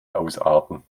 ausarten